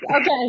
okay